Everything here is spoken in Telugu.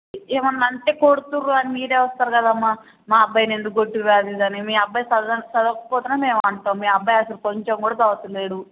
ఏమైనా అంటే కొడుతున్నారు అని మీరే వస్తారు కదమ్మా మా అబ్బాయిని ఎందుకు కొట్టారు అది ఇది అని మీ అబ్బాయి చదవ చదవకపోతేనే మేము అంటాము మీ అబ్బాయి అసలు కొంచెం కూడా చదవటంలేదు